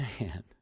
Man